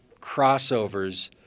crossovers